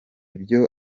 byo